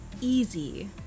easy